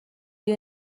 بیا